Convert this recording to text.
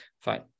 Fine